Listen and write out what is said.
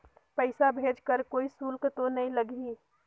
पइसा भेज कर कोई शुल्क तो नी लगही?